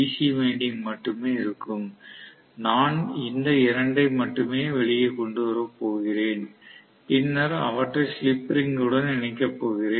C winding மட்டுமே இருக்கும் நான் இந்த 2 ஐ மட்டுமே வெளியே கொண்டு வரப் போகிறேன் பின்னர் அவற்றை ஸ்லிப் ரிங்குடன் இணைக்கப் போகிறேன்